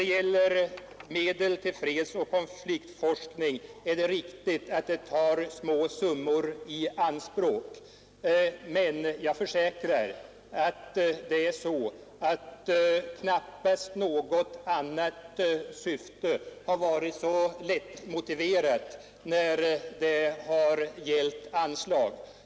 Det är riktigt att fredsoch konfliktforskningen tar små belopp i anspråk. Men jag försäkrar att knappast något annat syfte varit så lätt att få gehör för när det gällt anslag.